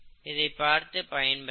இதைப் பார்த்து பயன்பெறவும்